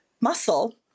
muscle